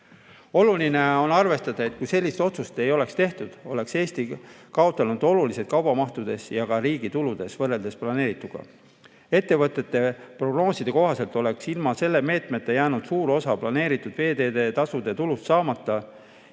Oluline on arvestada, et kui sellist otsust ei oleks tehtud, oleks Eesti kaotanud oluliselt kaubaveomahtudes ja ka riigi tuludes võrreldes planeerituga. Ettevõtte prognooside kohaselt oleks ilma selle meetmeta jäänud suur osa planeeritud veeteetasude tulust saamata